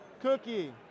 cookie